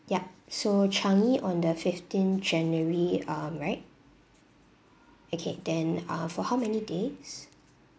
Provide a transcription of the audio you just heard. yup so changi on the fifteen january um right okay then uh for how many days